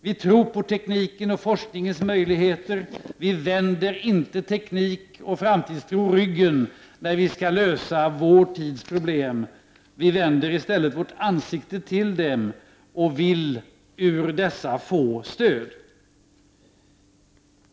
Vi tror på teknikens och forskningens möjligheter, och vi vänder inte teknik och framtidstro ryggen när vi skall lösa vår tids problem. Vi vänder i stället vårt ansikte mot dem och vill ur dessa få stöd.